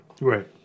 Right